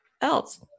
else